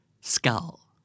Skull